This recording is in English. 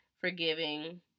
forgiving